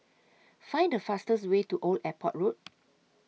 Find The fastest Way to Old Airport Road